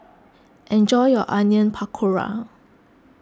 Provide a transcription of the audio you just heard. enjoy your Onion Pakora